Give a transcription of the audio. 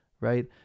Right